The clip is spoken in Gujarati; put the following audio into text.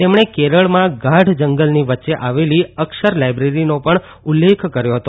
તેમણે કેરળમાં ગાઢ જંગલની વચ્ચે આવેલી અક્ષર લાયબ્રેરીનો પણ ઉલ્લેખ કર્યો હતો